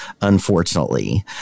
Unfortunately